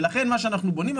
לכן מה שאנחנו בונים,